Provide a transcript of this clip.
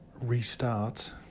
restart